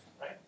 right